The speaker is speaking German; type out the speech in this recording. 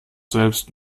selbst